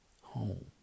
home